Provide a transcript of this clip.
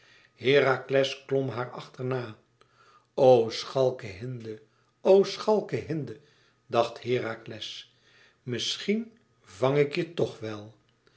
herakles klom haar achterna o schalke hinde o schalke hinde dacht herakles misschien vang ik je tch wel